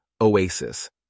oasis